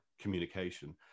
communication